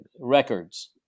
records